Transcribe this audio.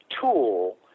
tool